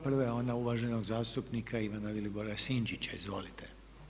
Prva je ona uvaženog zastupnika Ivana Vilibora Sinčića, izvolite.